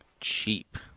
cheap